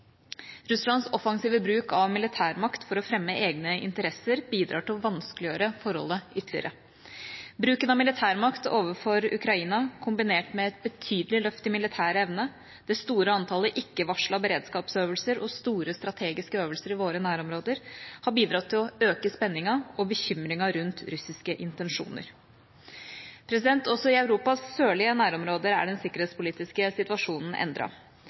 Russlands offensive bruk av militærmakt for å fremme egne interesser bidrar til å vanskeliggjøre forholdet ytterligere. Bruken av militærmakt overfor Ukraina, kombinert med et betydelig løft i militær evne, det store antallet ikke-varslede beredskapsøvelser og store strategiske øvelser i våre nærområder har bidratt til å øke spenninga og bekymringa rundt russiske intensjoner. Også i Europas sørlige nærområder er den sikkerhetspolitiske situasjonen